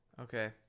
Okay